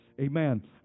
Amen